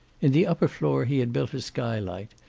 in the upper floor he had built a skylight,